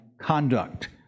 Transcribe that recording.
conduct